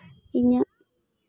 ᱤᱧᱟᱹᱜ